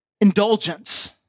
indulgence